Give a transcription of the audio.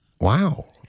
wow